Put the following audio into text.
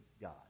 God